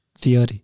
theory